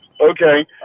Okay